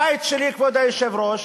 הבית שלי, כבוד היושב-ראש,